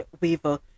Weaver